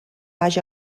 baix